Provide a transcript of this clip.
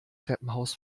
treppenhaus